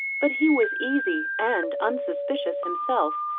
but he was easy and unsuspicious himself,